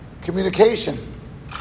communication